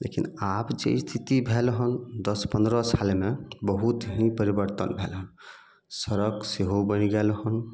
लेकिन आब जे स्थिति भेल हन दश पंद्रह सालमे बहुत ही परिबर्तन भेल हन सड़क सेहो बनि गेल हन